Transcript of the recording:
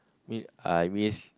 I miss